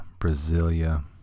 Brasilia